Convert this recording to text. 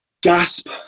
gasp